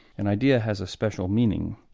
an idea has a special meaning.